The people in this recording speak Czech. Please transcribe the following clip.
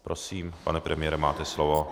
Prosím, pane premiére, máte slovo.